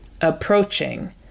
approaching